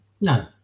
No